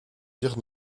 dire